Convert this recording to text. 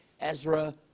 Ezra